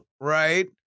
right